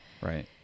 Right